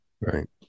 Right